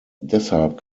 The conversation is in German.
deshalb